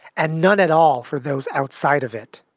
and none at all for those outside of it.